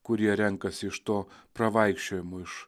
kurie renkasi iš to pravaikščiojimu iš